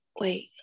Wait